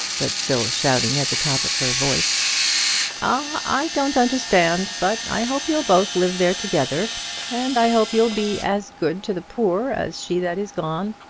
but still shouting at the top of her voice. ah i don't understand but i hope you'll both live there together and i hope you'll be as good to the poor as she that is gone.